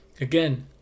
again